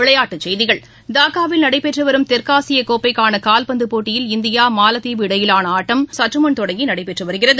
விளையாட்டுச் செய்திகள் டாக்காவில் நடைபெற்றுவரும் தெற்காசியகோப்பைக்கானகால்பந்துபோட்டியில் இந்தியா மாலத்தீவு இடையிலான இறுதிஆட்டம் சற்றுமுன் தொடங்கிநடைபெற்றுவருகிறது